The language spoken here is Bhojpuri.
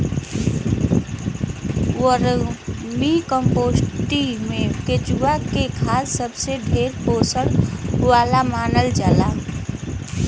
वर्मीकम्पोस्टिंग में केचुआ के खाद सबसे ढेर पोषण वाला मानल जाला